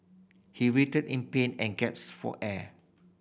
he writhed in pain and gaps for air